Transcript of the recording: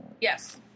Yes